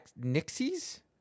Nixies